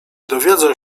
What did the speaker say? dowiedzą